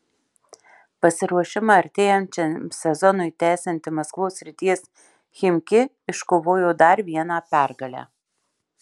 pasiruošimą artėjančiam sezonui tęsianti maskvos srities chimki iškovojo dar vieną pergalę